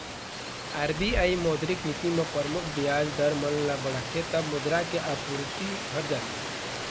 RBI मौद्रिक नीति म परमुख बियाज दर मन ल बढ़ाथे तब मुद्रा के आपूरति घट जाथे